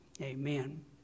Amen